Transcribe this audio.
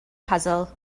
puzzle